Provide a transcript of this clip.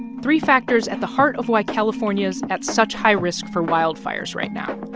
three factors at the heart of why california's at such high risk for wildfires right now.